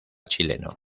chileno